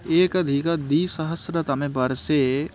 एकधिक द्विसहस्रतमे वर्षे